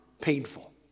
painful